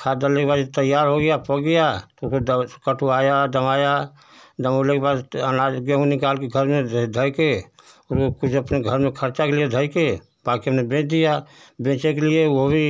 खाद डालने के बाद जब तैयार हो गया पक गया तो फिर कटवाया धवाया धउलाने के बाद अनाज गेहूँ निकाल कर घर में धइ कर और कुछ अपने घर में खर्चा के लिए धइ कर बाकी हमने बेच दिया बेचे के लिए वह भी